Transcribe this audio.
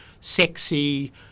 sexy